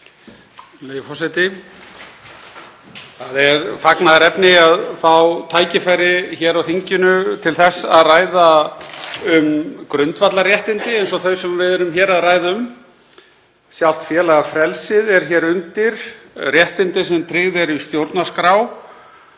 forseti. Það er fagnaðarefni að fá tækifæri hér á þinginu til þess að ræða um grundvallarréttindi eins og þau sem við ræðum hér um. Sjálft félagafrelsið er hér undir, réttindi sem tryggð eru í stjórnarskrá